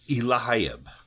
Eliab